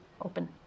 open